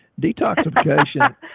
detoxification